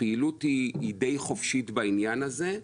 הפעילות היא די חופשית בעניין הזה,